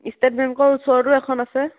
state বেংকৰ ওচৰতো এখন আছে